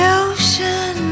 ocean